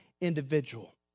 individual